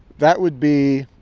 that would be,